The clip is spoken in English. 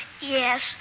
Yes